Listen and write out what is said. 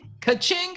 ka-ching